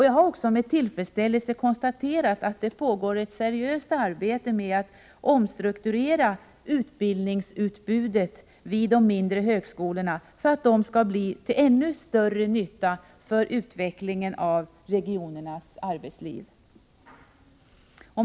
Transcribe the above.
Jag har också med tillfredsställelse konstaterat att det pågår ett seriöst arbete med att omstrukturera utbildningsutbudet vid de mindre högskolorna för att de skall bli till ännu större nytta för utvecklingen av regionernas arbetsliv.